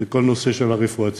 זה בנושא של הרפואה הציבורית.